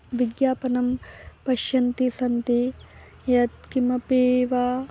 विज्ञापनं पश्यन्ति सन्ति यत् किमपि वा